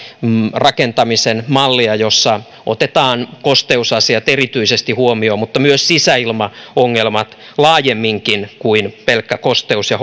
rakentamisen mallia jossa otetaan kosteusasiat erityisesti huomioon mutta myös sisäilmaongelmat laajemminkin kuin pelkkien kosteus ja